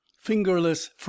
fingerless